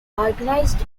organized